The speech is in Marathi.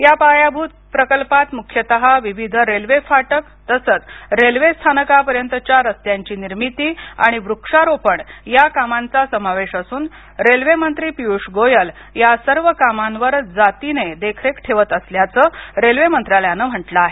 या पायाभूत प्रकल्पात मुख्यतः विविध रेल्वे फाटक तसंच रेल्वे स्थानकापर्यंतच्या रस्त्यांची निर्मिती आणि वृक्षारोपण या कामांचा समावेश असून रेल्वे मंत्री पियुष गोयल या सर्व कामावर जातीनं देखरेख ठेवत असल्याचं रेल्वे मंत्रालयाने म्हंटल आहे